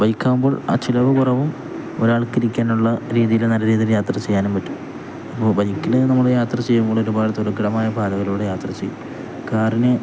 ബൈക്കാവുമ്പോൾ ചിലവു കുറവും ഒരാൾക്കിരിക്കാനുള്ള രീതിയില് നല്ല രീതിയിൽ യാത്ര ചെയ്യാനും പറ്റും അപ്പോള് ബൈക്കില് നമ്മള് യാത്ര ചെയ്യുമ്പോൾ ഒരുപാട് ദുര്ഘടമായ പാതകളിലൂടെ യാത്ര ചെയ്യും കാറിന്